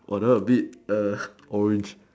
!wah! that one a bit err orange